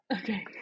Okay